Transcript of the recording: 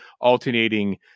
alternating